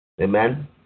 Amen